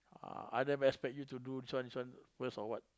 ah i don't espect you to do this one this one first or what